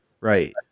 Right